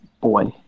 boy